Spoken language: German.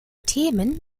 themen